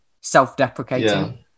self-deprecating